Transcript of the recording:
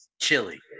Chili